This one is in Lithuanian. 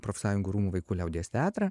profsąjungų rūmų vaikų liaudies teatrą